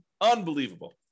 unbelievable